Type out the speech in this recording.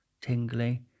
tingly